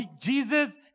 Jesus